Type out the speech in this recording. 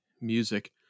music